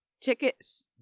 tickets